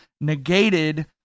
negated